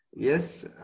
Yes